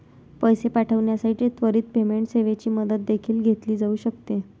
पैसे पाठविण्यासाठी त्वरित पेमेंट सेवेची मदत देखील घेतली जाऊ शकते